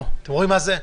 אתה רואים מה זה?